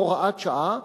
הוראת שעה,